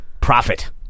Profit